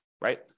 right